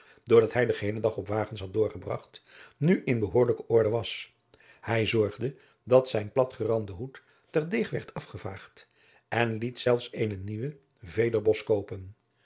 dat hij den geheelen dag op wagens had doorgebragt nu in behoorlijke orde was hij zorgde dat zijn platgerande hoed ter deeg werd afgevaagd en liet zelfs eenen nieuwen vederbos